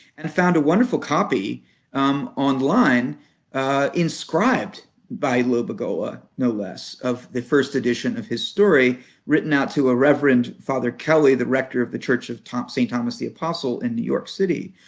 and found a wonderful copy online inscribed by lobagola, no less, of the first edition of his story written out to a reverend, father kelly, the rector of the church of st. thomas the apostle in new york city,